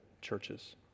churches